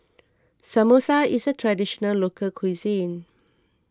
Samosa is a Traditional Local Cuisine